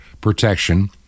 protection